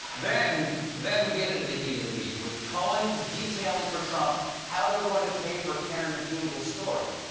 then then we get into the heat of the meat, with cohen detailing for trump how they're going to pay for karen mcdougal's story.